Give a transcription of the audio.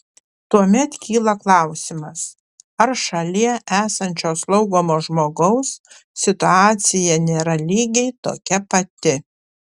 tuomet kyla klausimas ar šalie esančio slaugomo žmogaus situacija nėra lygiai tokia pati